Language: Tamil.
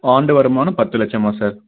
ஆண்டு வருமானம் பத்து லட்சமா சார்